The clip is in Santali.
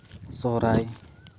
ᱥᱚᱦᱚᱨᱟᱭ